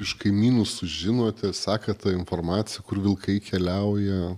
iš kaimynų sužinote sekat tą informaciją kur vilkai keliauja